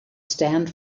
stand